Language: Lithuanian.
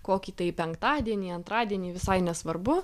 kokį tai penktadienį antradienį visai nesvarbu